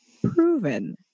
proven